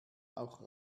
auch